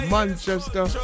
Manchester